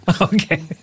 Okay